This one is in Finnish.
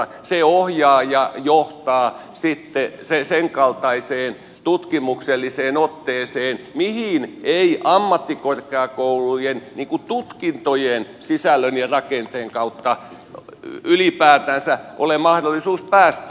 se ohjaa ja johtaa sitten sen kaltaiseen tutkimukselliseen otteeseen mihin ei ammattikorkeakoulujen tutkintojen sisällön ja rakenteen kautta ylipäätänsä ole mahdollisuus päästäkään